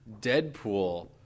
Deadpool